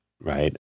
right